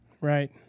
Right